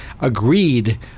agreed